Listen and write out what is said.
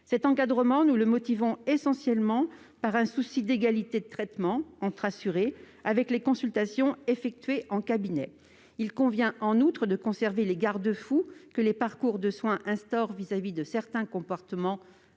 Cet encadrement, nous le motivons essentiellement par un souci d'égalité de traitement avec les consultations effectuées en cabinet. Il convient en outre de conserver les garde-fous que les parcours de soins instaurent contre certains comportements